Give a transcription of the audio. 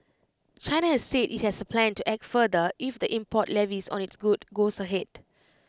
China has said IT has A plan to act further if the import levies on its goods goes ahead